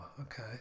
okay